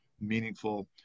meaningful